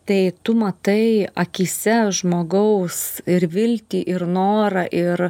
tai tu matai akyse žmogaus ir viltį ir norą ir